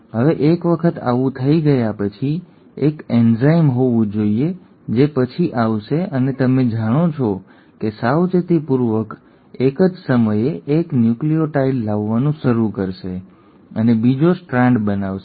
હવે એક વખત આવું થઈ ગયા પછી એક એન્ઝાઇમ હોવું જોઈએ જે પછી આવશે અને તમે જાણો છો કે સાવચેતીપૂર્વક એક જ સમયે ૧ ન્યુક્લિઓટાઇડ લાવવાનું શરૂ કરશે અને બીજો સ્ટ્રાન્ડ બનાવશે